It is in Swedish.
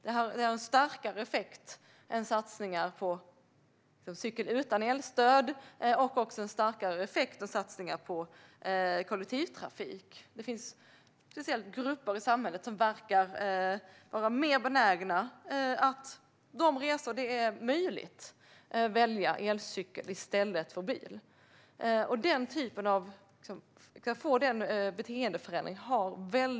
Detta får en starkare effekt än satsningar på cykel utan elstöd och även starkare effekt än satsningar på kollektivtrafik. Det finns speciellt grupper i samhället som verkar vara mer benägna att för de resor där det är möjligt välja elcykel i stället för bil. Det har goda miljöeffekter om vi får till denna beteendeförändring.